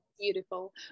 Beautiful